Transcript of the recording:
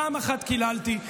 פעם אחת קיללתי,